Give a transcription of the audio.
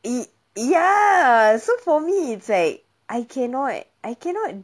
y~ ya so for me it's like I cannot I cannot